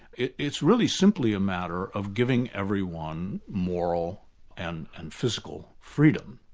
it's it's really simply a matter of giving everyone moral and and physical freedom,